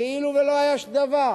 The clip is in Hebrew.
כאילו לא היה דבר.